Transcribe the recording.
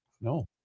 No